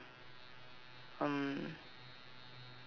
um